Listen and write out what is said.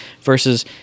versus